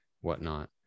whatnot